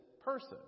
person